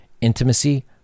Intimacy